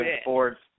Sports